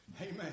amen